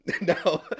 No